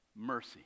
mercy